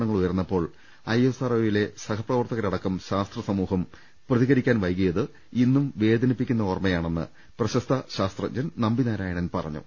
ണങ്ങളുയർന്നപ്പോൾ I S ആർഒയിലെ സഹപ്രവർത്തകരടക്കം ശാസ്ത്രസമൂഹം പ്രതികരിക്കാൻ വൈകിയത് ഇന്നും വേദനിപ്പിക്കുന്ന ഓർമ്മ യാണെന്ന് പ്രശസ്ത ശാസ്ത്രജ്ഞൻ നമ്പിനാരായണൻ പറഞ്ഞു